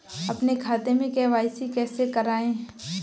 अपने खाते में के.वाई.सी कैसे कराएँ?